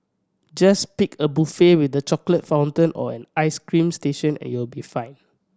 just pick a buffet with the chocolate fountain or an ice cream station and you'll be fine